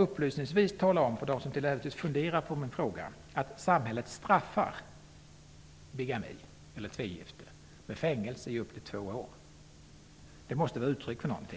Upplysningsvis vill jag tala om för dem som till äventyrs funderar på min fråga att samhället bestraffar bigami eller tvegifte med fängelse i upp till två år. Det måste vara uttryck för något.